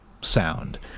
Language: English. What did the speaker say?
sound